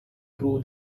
prove